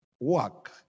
work